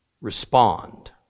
Respond